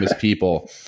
people